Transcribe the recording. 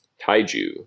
Taiju